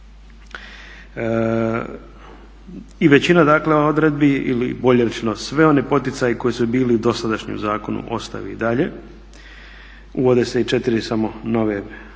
I većina dakle odredbi ili bolje rečeno svi oni poticaji koji su bili u dosadašnjem zakonu ostaju i dalje, uvode se i četiri samo nove mjere